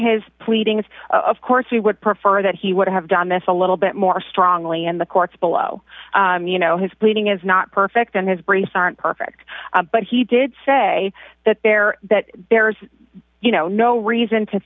his pleadings of course he would prefer that he would have done this a little bit more strongly and the courts below you know his pleading is not perfect and his brakes aren't perfect but he did say that there that there's you know no reason to